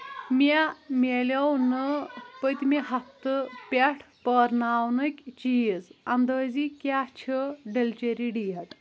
مےٚ مِلیو نہٕ پٔتمہِ ہفتہٕ پٮ۪ٹھ پٲرناونٕکۍ چیٖز انٛدٲزی کیٛاہ چھُ ڈیلچری ڈیٹ